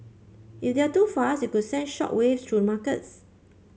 if they're too fast it could send shock waves through markets